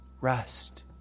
rest